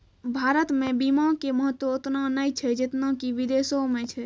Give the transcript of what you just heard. भारतो मे बीमा के महत्व ओतना नै छै जेतना कि विदेशो मे छै